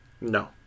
No